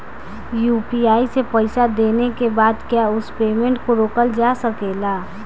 UPI से पईसा देने के बाद क्या उस पेमेंट को रोकल जा सकेला?